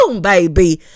baby